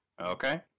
Okay